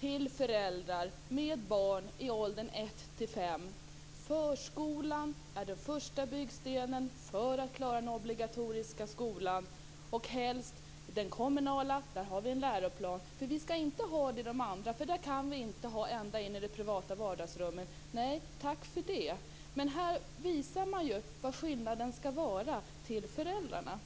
till föräldrar med barn i åldern ett till fem år: Förskolan är den första byggstenen för att klara den obligatoriska skolan och helst den kommunala där det finns en läroplan. Det skall inte vara någon läroplan i de andra, eftersom vi där inte kan kontrollera allt ända in i det privata vardagsrummet. Nej, tack för det. Men här visar skolministern föräldrarna var skillnaden skall vara.